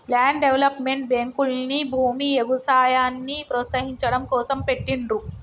land development బ్యేంకుల్ని భూమి, ఎగుసాయాన్ని ప్రోత్సహించడం కోసం పెట్టిండ్రు